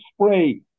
spray